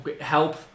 help